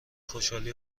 خوشحالی